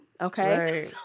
Okay